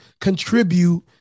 contribute